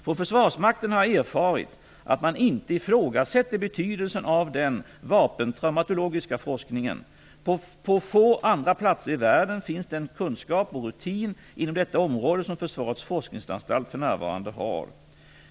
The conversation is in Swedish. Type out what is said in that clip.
Från Försvarsmakten har jag erfarit att man inte ifrågasätter betydelsen av den vapentraumatologiska forskningen. På få andra platser i världen finns den kunskap och rutin inom detta område som Försvarets forskningsanstalt för närvarande har.